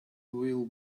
will